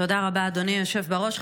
תודה רבה, אדוני היושב בראש.